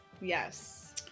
Yes